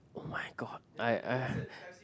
oh-my-god I I